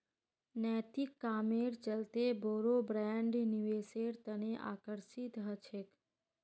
नैतिक कामेर चलते बोरो ब्रैंड निवेशेर तने आकर्षित ह छेक